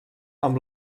amb